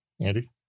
Andy